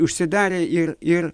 užsidarė ir ir